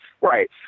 Right